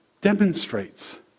demonstrates